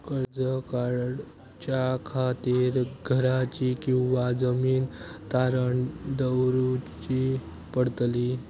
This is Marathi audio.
कर्ज काढच्या खातीर घराची किंवा जमीन तारण दवरूची पडतली?